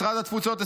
במשרד התפוצות,